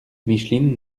micheline